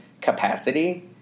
capacity